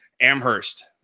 Amherst